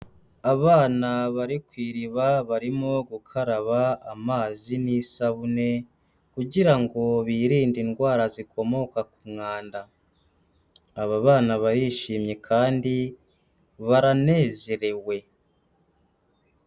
Abana bari ku iriba barimo gukaraba amazi n'isabune kugira ngo birinde indwara zikomoka ku mwanda. Aba bana barishimye kandi baranezerewe.